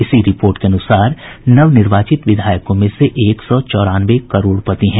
इसी रिपोर्ट के अनुसार नवनिर्वाचित विधायकों में से एक सौ चौरानवे करोड़पति हैं